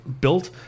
built